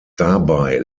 dabei